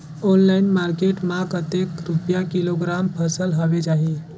Online market मां कतेक रुपिया किलोग्राम फसल हवे जाही?